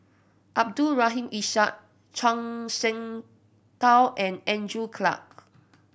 Abdul Rahim Ishak Zhuang Shengtao and Andrew Clarke